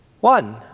One